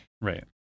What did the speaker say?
right